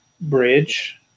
bridge